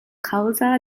causa